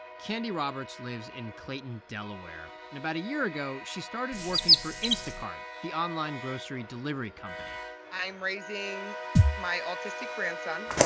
candy roberts lives in clayton, del. and about a year ago, she started working for instacart, the online grocery delivery company i'm raising my autistic grandson,